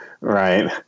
right